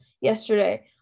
yesterday